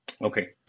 Okay